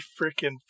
freaking